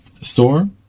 store